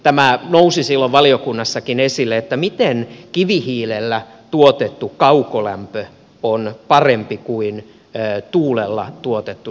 tämä nousi silloin valiokunnassakin esille miten kivihiilellä tuotettu kaukolämpö on parempi kuin tuulella tuotettu sähkölämmitys